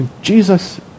Jesus